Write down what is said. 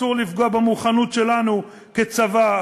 אסור לפגוע במוכנות שלנו כצבא.